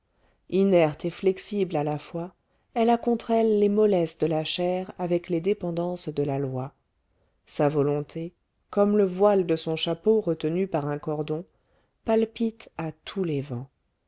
inerte et flexible à la fois elle a contre elle les mollesses de la chair avec les dépendances de la loi sa volonté comme le voile de son chapeau retenu par un cordon palpite à tous les vents